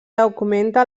augmenta